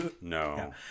No